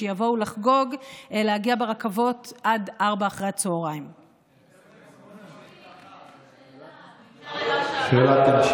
שיבואו לחגוג להגיע ברכבות עד 16:00. יש לי שאלה בקשר למה שאמרת.